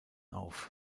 auf